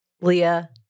Leah